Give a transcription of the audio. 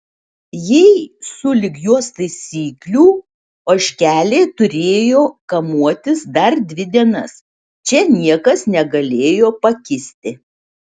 jei sulig jos taisyklių ožkelė turėjo kamuotis dar dvi dienas čia niekas negalėjo pakisti